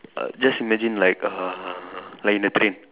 err just imagine like err like in a train